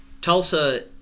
Tulsa